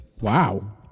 Wow